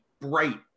bright